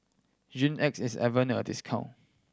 Hygin X is having a discount